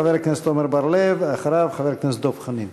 חבר הכנסת עמר בר-לב, ואחריו, חבר הכנסת דב חנין.